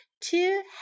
two